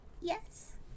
Yes